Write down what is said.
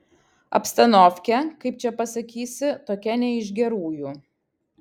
abstanovkė kaip čia pasakysi tokia ne iš gerųjų